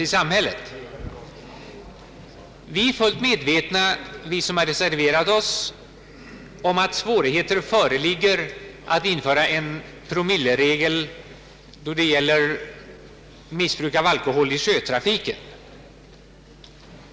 Vi som reserverat oss är fullt medvetna om att svårigheter föreligger att införa en promilleregel då det gäller missbruk av alkohol i sjötrafiken.